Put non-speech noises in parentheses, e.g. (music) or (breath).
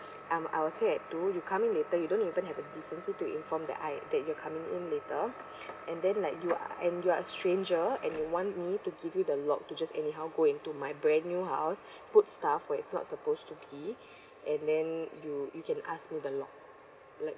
I was here at two you come in later you don't even have the decency to inform that I that you are coming in later (breath) and then like you are and you are stranger and you want me to give you the lock to just anyhow go into my brand new house put stuff where it's not supposed to be and then you you can ask me the lock like